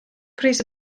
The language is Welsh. pris